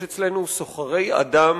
יש אצלנו סוחרי אדם,